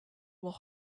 will